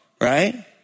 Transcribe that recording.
Right